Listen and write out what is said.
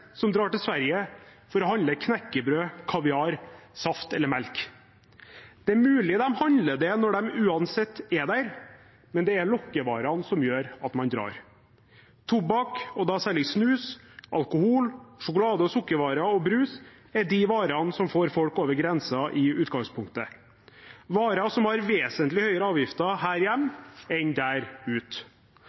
som drar til Sverige for å handle knekkebrød, kaviar, saft eller melk. Det er mulig de handler det når de uansett er der, men det er lokkevarene som gjør at man drar. Tobakk, og da særlig snus, alkohol, sjokolade- og sukkervarer og brus er de varene som får folk over grensen i utgangspunktet – varer som har vesentlig høyere avgifter her hjemme enn der